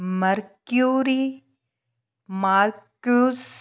mercury markus